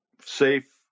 safe